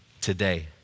today